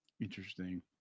Interesting